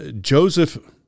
Joseph